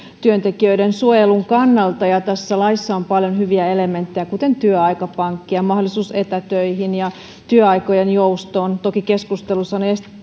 työntekijöiden suojelun kannalta ja tässä laissa on paljon hyviä elementtejä kuten työaikapankki ja mahdollisuus etätöihin ja työaikojen joustoon toki keskustelussa on